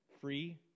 free